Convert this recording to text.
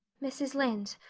mrs. lynde,